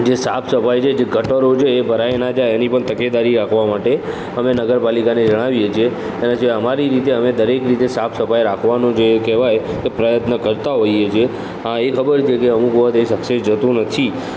જે સાફ સફાઈ છે જે ગટરો છે એ ભરાય ન જાય એની પણ તકેદારી રાખવા માટે અમે નગરપાલિકાને જણાવીએ છીએ એના સિવાય અમારી રીતે અમે દરેક રીતે સાફ સફાઈ રાખવાનું જે કહેવાય એ પ્રયત્ન કરતાં હોઈએ છીએ હા એ ખબર છે કે અમુક વખત એ સક્સેસ જતું નથી